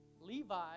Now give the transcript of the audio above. Levi